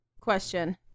question